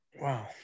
Wow